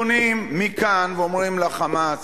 פונים מכאן ואומרים ל"חמאס":